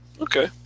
Okay